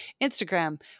Instagram